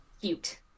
cute